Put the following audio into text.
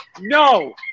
no